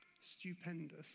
stupendous